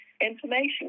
information